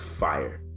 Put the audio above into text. fire